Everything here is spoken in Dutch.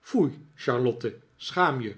foei charlotte schaam je